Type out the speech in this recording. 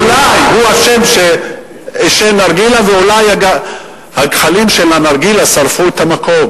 אולי הוא אשם שעישן נרגילה ואולי הגחלים של הנרגילה שרפו את המקום.